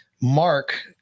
Mark